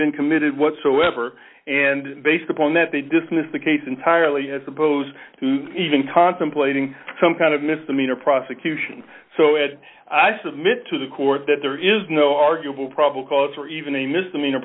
been committed whatsoever and based upon that they dismissed the case entirely as opposed to even contemplating some kind of misdemeanor prosecution so it i submit to the court that there is no arguable problem calls or even a misdemeanor